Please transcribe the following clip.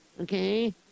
okay